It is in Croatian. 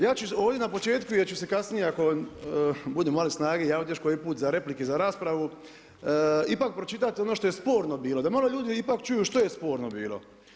Ja ću ovdje na početku jer ću se kasnije ako budem imao snage javiti još koji put za replike, za raspravu ipak pročitat ono što je sporno bilo, da malo ljudi ipak čuju što je sporno bilo.